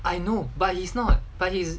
I know but he's not but he's